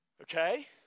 Okay